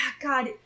God